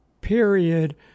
period